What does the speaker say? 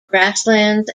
grasslands